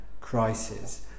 crisis